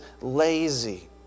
lazy